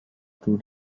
two